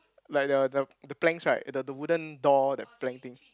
like the the the planks right the the wooden door the plank thing